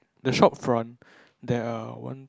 the shop front there are one